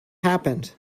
happened